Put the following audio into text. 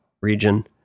region